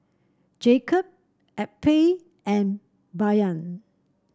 Jacob Eppie and Bayard